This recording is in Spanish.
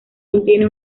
contiene